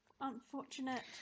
Unfortunate